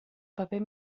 paper